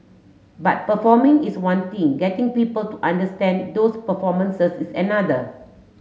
but performing is one thing getting people to understand those performances is another